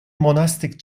monastic